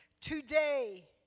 today